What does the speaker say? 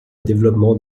développement